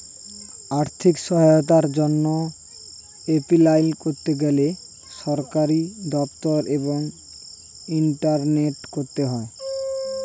আর্থিক সহায়তার জন্যে এপলাই করতে গেলে সরকারি দপ্তর এবং ইন্টারনেটে করতে হয়